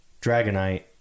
Dragonite